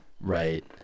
Right